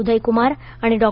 उदयकुमार आणि डॉ